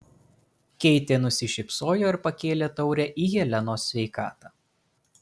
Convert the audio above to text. keitė nusišypsojo ir pakėlė taurę į helenos sveikatą